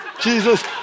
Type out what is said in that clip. Jesus